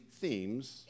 themes